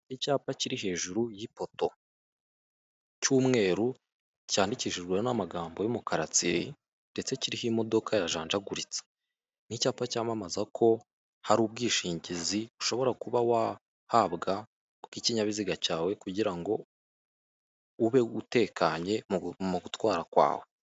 Icyapa kiri hejuru y'ipopo cy'umweru cyandikishijwe n'amagambo y'umukara tsiri ndetse kiriho imodoka yajanjaguritse, ni icyapa cyamamaza ko hari ubwishingizi ushobora kuba wahabwa k'ubw'ikinyabiziga cyawe kugira ngo ube utekanye mu gutwara kwawe.